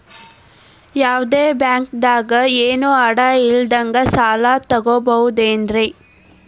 ಯಾವ್ದೋ ಬ್ಯಾಂಕ್ ದಾಗ ಏನು ಅಡ ಇಲ್ಲದಂಗ ಸಾಲ ತಗೋಬಹುದೇನ್ರಿ?